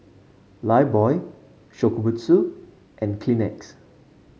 Lifebuoy Shokubutsu and Kleenex